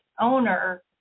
owner